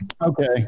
Okay